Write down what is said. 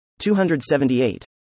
278